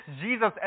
Jesus